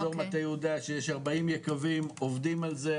אזור מטה יהודה שיש 40 יקבים - עובדים על זה.